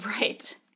Right